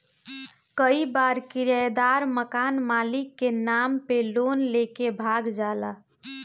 कई बार किरायदार मकान मालिक के नाम पे लोन लेके भाग जाला